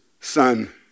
son